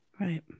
Right